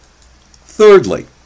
Thirdly